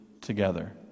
together